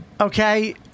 Okay